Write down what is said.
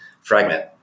fragment